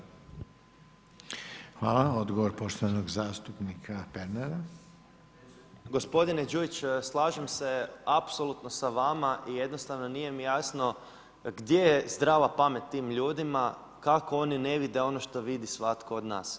Gospodine Đujić, slažem se apsolutno s vama i jednostavno nije mi jasno, gdje je zdrava pamet tim ljudima, kako oni ne vide, ono što vidi svatko od nas.